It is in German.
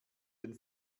den